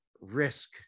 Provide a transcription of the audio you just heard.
risk